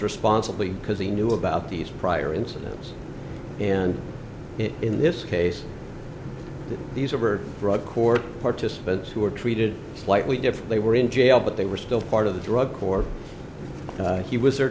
responsibly because he knew about these prior incidents and in this case these over drug court participants who were treated slightly different they were in jail but they were still part of the drug corps he was the